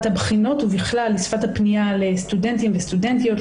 הבחינות ובכלל שפת הפנייה לסטודנטים ולסטודנטיות,